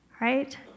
right